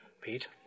Pete